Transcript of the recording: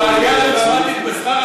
על העלייה הדרמטית בשכר המינימום?